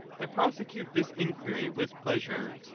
i prosecute this inquiry with pleasure,